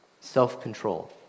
self-control